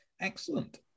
Excellent